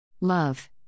Love